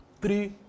Three